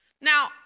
Now